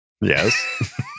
yes